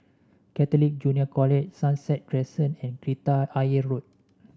Catholic Junior College Sunset Crescent and Kreta Ayer Road